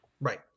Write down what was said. Right